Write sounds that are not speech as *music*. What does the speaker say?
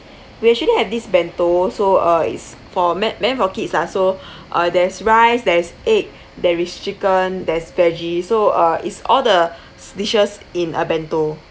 we actually have this bento so uh it's for meant meant for kids lah so *breath* uh there's rice there's egg there is chicken there's vege~ so uh it's all the dishes in a bento